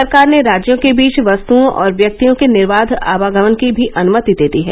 सरकार ने राज्यों के बीच वस्तओं और व्यक्तियों के निर्वाघ आवागमन की भी अनमति दे दी है